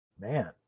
man